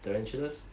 tarantulas